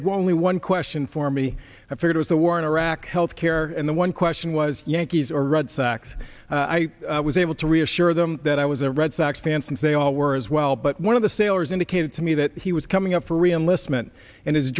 was only one question for me i feared was the war in iraq health care and the one question was yankees or red sox i was able to reassure them that i was a red sox fan since they all were as well but one of the sailors indicated to me that he was coming up for reenlistment and his